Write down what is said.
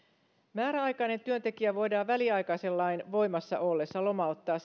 määräaikainen työntekijä voidaan väliaikaisen lain voimassa ollessa lomauttaa